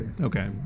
Okay